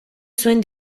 zuen